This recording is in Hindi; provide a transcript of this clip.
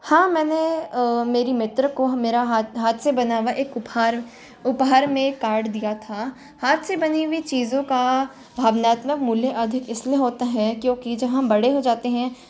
हाँ मैंने मेरी मित्र को मेरा हाथ हाथ से बना हुआ एक उपहार उपहार में एक कार्ड दिया था हाथ से बनी हुई चीज़ों का भावनात्मक मूल्य अधिक इसलिए होता है क्योंकि जब हम बड़े हो जाते हैं